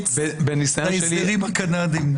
אאמץ את ההסדרים הקנדיים.